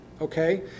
okay